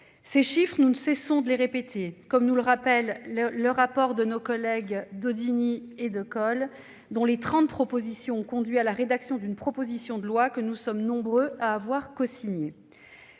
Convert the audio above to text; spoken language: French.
Ces chiffres, nous ne cessons de les répéter, comme nous le rappelle le rapport de nos collègues Daudigny et Decool, dont les trente propositions ont conduit à la rédaction d'une proposition de loi que nous sommes nombreux à avoir cosignée.